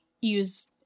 use